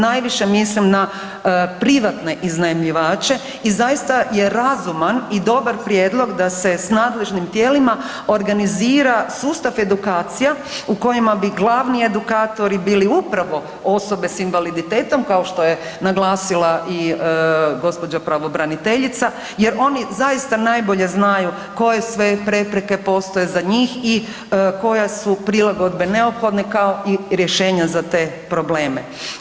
Najviše mislim na privatne iznajmljivače i zaista je razuman i dobar prijedlog da se s nadležnim tijelima organizira sustav edukacija u kojima bi glavni edukatori bili upravo osobe s invaliditetom kao što je naglasila i gospođa pravobraniteljica jer oni zaista najbolje znaju koje sve prepreke postoje za njih i koje su prilagodbe neophodne kao i rješenja za te probleme.